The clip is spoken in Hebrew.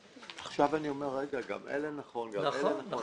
עכשיו אני אומר שגם זה נכון וגם זה נכון